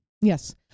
Yes